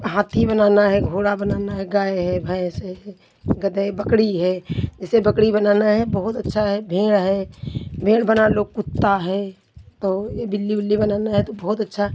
हाथी बनाना है घोड़ा बनाना है गाय है भैंस है गधे बकड़ी है जैसे बकड़ी बनाना है बहुत अच्छा है भेड़ है भेड़ बना लो कुत्ता है तो ये बिल्ली उल्ली बनाना है तो बहुत अच्छा